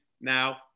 now